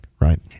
Right